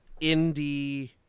indie